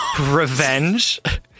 revenge